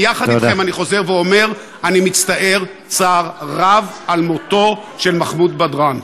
ויחד אתכם אני חוזר ואומר: אני מצטער צער רב על מותו של מחמוד בדראן.